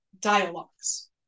dialogues